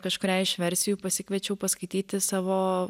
kažkurią iš versijų pasikviečiau paskaityti savo